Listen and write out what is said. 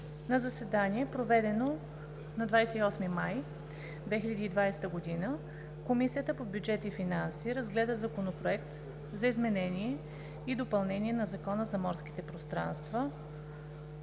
На заседание, проведено на 28 май 2020 г., Комисията по бюджет и финанси разгледа Законопроект за изменение и допълнение на Закона за морските пространства,